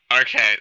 Okay